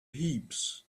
heaps